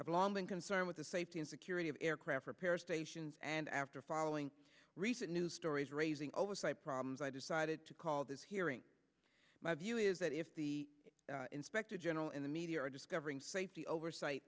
long been concerned with the safety and security of aircraft repair stations and after following recent news stories raising oversight problems i decided to call this hearing my view is that if the inspector general in the media or discovering safety oversight